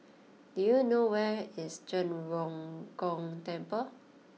do you know where is Zhen Ren Gong Temple